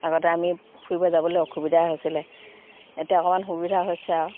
আগতে আমি ফুৰিব যাবলে অসুবিধা হৈছিলে এতিয়া অকমান সুবিধা হৈছে আৰু